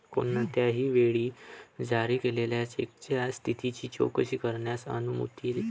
कोणत्याही वेळी जारी केलेल्या चेकच्या स्थितीची चौकशी करण्यास अनुमती देते